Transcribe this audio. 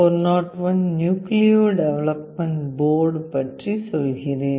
32F401 nucleo development board பற்றி சொல்கிறேன்